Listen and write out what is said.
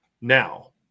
Now